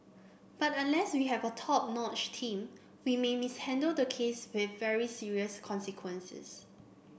but unless we have a top notch team we may mishandle the case with very serious consequences